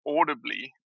audibly